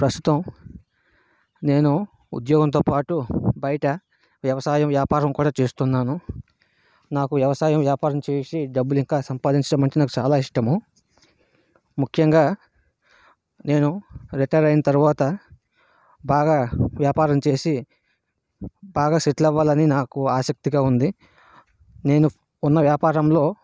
ప్రస్తుతం నేను ఉద్యోగంతో పాటు బయట వ్యవసాయం వ్యాపారం కూడా చేస్తున్నాను నాకు వ్యవసాయం వ్యాపారం చేసి డబ్బులు ఇంకా సంపాదించడము అంటే చాలా ఇష్టము ముఖ్యంగా నేను రిటైర్ అయిన తరువాత బాగా వ్యాపారం చేసి బాగా సెటిల్ అవ్వాలని నాకు ఆసక్తిగా ఉంది నేను ఉన్న వ్యాపారంలో